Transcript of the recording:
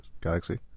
Galaxy